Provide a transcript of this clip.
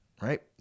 right